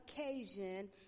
occasion